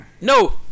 No